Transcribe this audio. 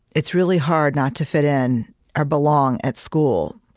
it's really hard not to fit in or belong at school,